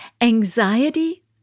Anxiety